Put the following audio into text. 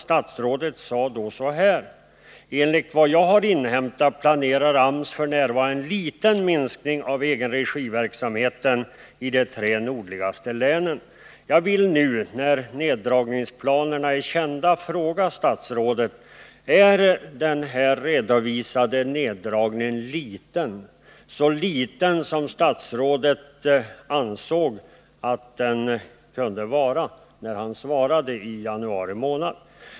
Statsrådet sade då så här: ”Enligt vad jag har inhämtat planerar AMS f.n. en liten minskning av egenregiverksamheten i de tre nordligaste länen.” Jag vill nu när neddragningsplanerna är kända fråga statsrådet: Är denna neddragning så liten som statsrådet räknade med när han svarade i januari?